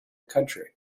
county